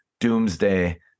Doomsday